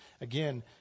again